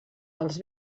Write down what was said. els